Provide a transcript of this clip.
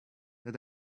that